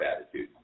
attitude